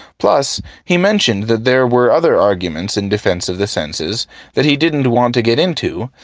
plus, he mentioned that there were other arguments in defense of the senses that he didn't want to get into,